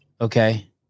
Okay